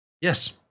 Yes